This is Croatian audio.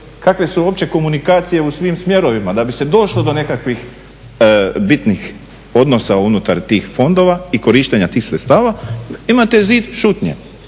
Kakve su uopće komunikacije u svim smjerovima da bi se došlo do nekakvih bitnih odnosa unutar tih fondova i korištenja tih sredstava? Imate zid šutnje.